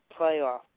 playoff